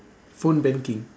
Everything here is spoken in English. phone banking